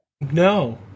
no